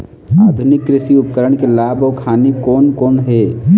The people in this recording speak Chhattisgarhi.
आधुनिक कृषि उपकरण के लाभ अऊ हानि कोन कोन हे?